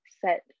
set